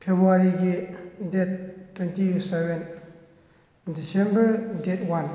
ꯐꯦꯕꯋꯥꯔꯤꯒꯤ ꯗꯦꯠ ꯇ꯭ꯋꯦꯟꯇꯤꯒ seven December date one